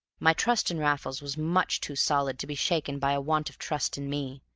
my trust in raffles was much too solid to be shaken by a want of trust in me,